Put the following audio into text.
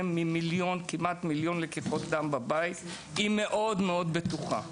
ומכמעט מיליון לקיחת דם בבית היא מאוד בטוחה.